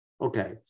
Okay